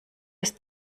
das